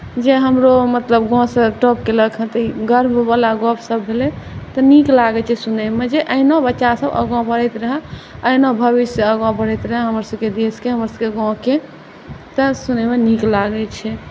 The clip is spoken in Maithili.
जे हमरो मतलब गाँवसँ टॉप केलक हेँ तऽ ई गर्ववला गपसभ भेलै तऽ नीक लागैत छै सुनैमे जे अहिना बच्चासभ आगाँ बढ़ैत रहए अहिना भविष्य आगाँ बढ़ैत रहए हमरासभके देशके हमरसभके गाँवके तऽ सुनैमे नीक लागैत छै